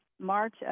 March